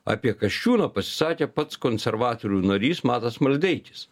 apie kasčiūną pasisakė pats konservatorių narys matas maldeikis